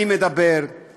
אני מדבר עם